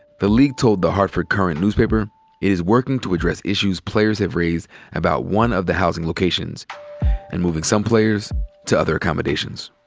the league told the hartford courant newspaper it is working to address issues players have raised about one of the housing locations and moving some players to other accommodations.